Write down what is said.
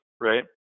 right